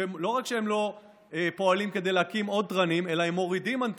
שלא רק שהם לא פועלים כדי להקים עוד תרנים אלא הם מורידים אנטנות,